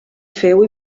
feu